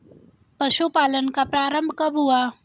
पशुपालन का प्रारंभ कब हुआ?